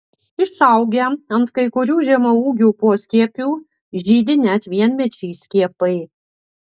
išaugę ant kai kurių žemaūgių poskiepių žydi net vienmečiai skiepai